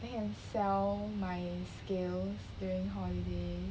then can sell my skills during holiday